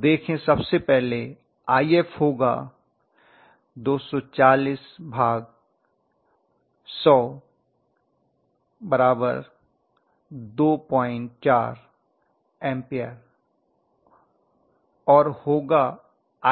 तो देखें सबसे पहले If होगा 240100 24 एम्पीयर और होगा Ia